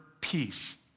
peace